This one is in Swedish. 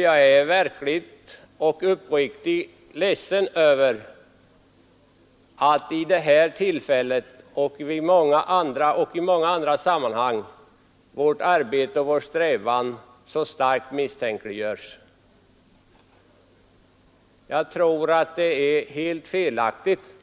Jag är verkligt och uppriktigt ledsen över att vid det här tillfället och i många andra sammanhang vårt arbete och vår strävan så starkt misstänkliggörs. Jag tror att det är helt felaktigt